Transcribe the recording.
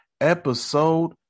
episode